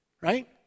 right